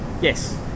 Yes